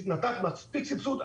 היא נתנה מספיק סבסוד.